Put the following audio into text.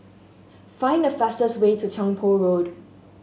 find the fastest way to Tiong Poh Road